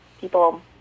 people